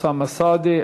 אוסאמה סעדי.